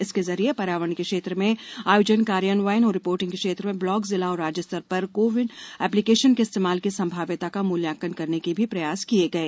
इसके जरिये पर्यावरण के क्षेत्र में आयोजना कार्यान्वयन और रिपोर्टिंग के क्षेत्र में ब्लॉक जिला और राज्य स्तर पर को विन अप्लीकेशन के इस्तेमाल की संभाव्यता का मूल्यांकन करने के भी प्रयास किये गये